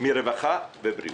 מרווחה ובריאות.